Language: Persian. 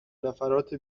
نفرات